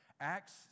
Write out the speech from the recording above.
Acts